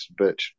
bitch